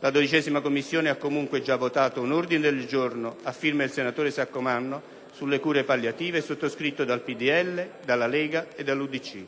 La 12a Commissione ha comunque già votato un ordine del giorno a firma del senatore Saccomanno sulle cure palliative, sottoscritto dal PdL, dalla Lega e dall'UDC.